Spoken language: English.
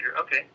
Okay